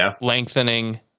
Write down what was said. lengthening